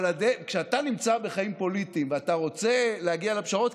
אבל כשאתה נמצא בחיים פוליטיים ואתה רוצה להגיע לפשרות,